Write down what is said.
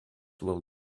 will